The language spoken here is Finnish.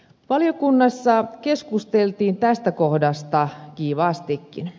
valiokunnassa keskusteltiin tästä kohdasta kiivaastikin